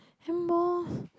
handball